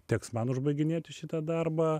teks man užbaiginėti šitą darbą